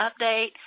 update